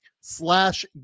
slash